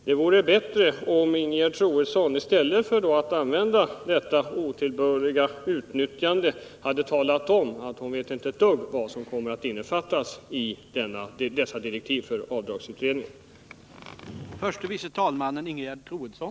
Det vore bättre om Ingegerd Troedsson i stället för att använda uttrycket ”otillbörligt utnyttjande” hade talat om att hon inte vet ett dugg om vad som kommer att innefattas i direktiven för avdragsutredningen.